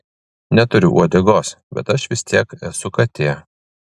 neturiu uodegos bet aš vis tiek esu katė